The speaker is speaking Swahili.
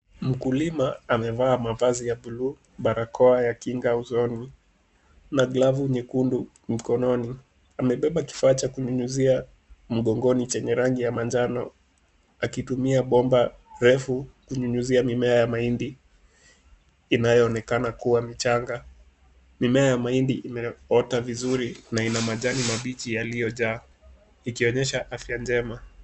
Mkulima amevaa mavazi ya bluu, barakoa ya kinga usoni na glavu nyekundu mkononi. Amebeba kifaa cha kunyunyizia mgongoni chenye rangi ya manjano. Akitumia bomba refu kunyunyizia mimea ya mahindi inayoonekana kuwa michanga. Mimea ya mahindi imeota vizuri na ina majani mabichi yaliyojaa. Ikionyesha afya njema.